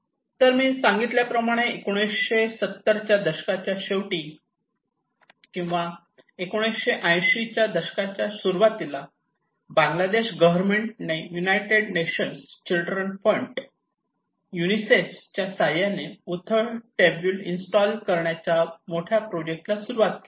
तर मी सांगितल्याप्रमाणे 1970 च्या दशकाच्या शेवटी किंवा 1980 दशकाच्या सुरुवातीला बांगलादेश गव्हर्नमेंट ने united nations children's fund United Nations Childrens Fund UNICEF च्या सहयोगाने उथळ ट्यूबवेल इन्स्टॉल करण्याच्या मोठ्या प्रोजेक्ट ला सुरुवात केली